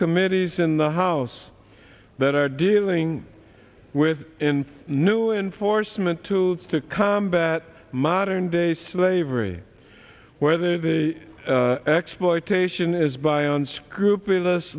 committees in the house that are dealing with in new inforce meant to combat modern day slavery whether the exploitation is by unscrupulous